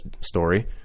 story